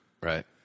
right